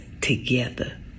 together